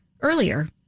earlier